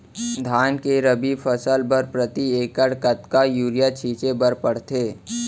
धान के रबि फसल बर प्रति एकड़ कतका यूरिया छिंचे बर पड़थे?